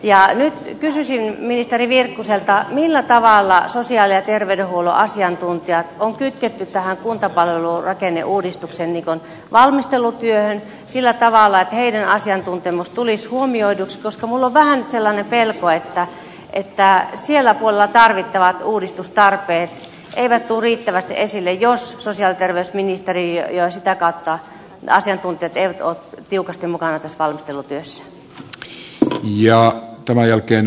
nyt kysyisin ministeri virkkuselta millä tavalla sosiaali ja terveydenhuollon asiantuntijat on kytketty tähän kuntapalvelurakenneuudistuksen valmistelutyöhön sillä tavalla että heidän asiantuntemuksensa tulisi huomioiduksi koska minulla on vähän nyt sellainen pelko että sillä puolella tarvittavat uudistustarpeet eivät tule riittävästi esille jos sosiaali ja terveysministeriö ja sitä kautta asiantuntijat eivät ole tiukasti mukana tässä valmistelutyössä